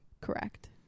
Correct